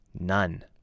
none